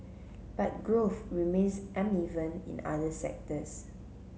but growth remains uneven in other sectors